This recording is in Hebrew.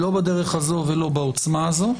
לא בדרך הזו ולא בעוצמה הזו.